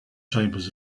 chambers